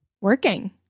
working